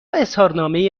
اظهارنامه